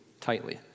tightly